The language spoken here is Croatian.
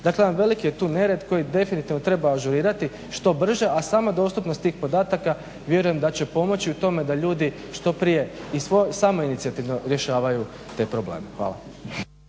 Dakle, jedan veliki je tu nered koji definitivno treba ažurirati što brže, a sama dostupnost tih podataka vjerujem da će pomoći u tome da ljudi što prije i samoinicijativno rješavaju te probleme. Hvala.